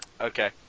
Okay